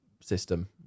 system